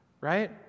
right